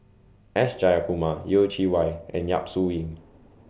S Jayakumar Yeh Chi Wei and Yap Su Yin